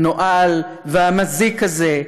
הנואל והמזיק הזה,